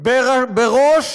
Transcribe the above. בראש